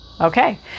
Okay